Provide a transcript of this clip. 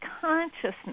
consciousness